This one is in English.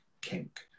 kink